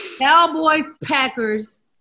Cowboys-Packers